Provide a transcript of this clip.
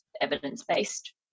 evidence-based